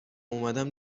اومدم